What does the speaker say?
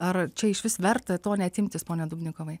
ar čia išvis verta to net imtis pone dubnikovai